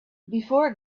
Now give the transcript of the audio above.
before